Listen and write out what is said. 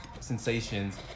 sensations